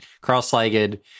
cross-legged